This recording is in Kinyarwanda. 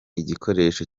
igikoresho